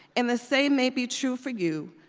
and the same may be true for you,